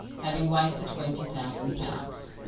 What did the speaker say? having wasted twenty thousand pounds.